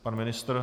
Pan ministr?